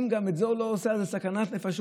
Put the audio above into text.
אם גם את זה הוא לא עושה, זו סכנת נפשות.